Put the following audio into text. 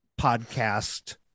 podcast